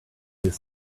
his